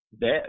dead